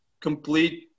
complete